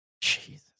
Jesus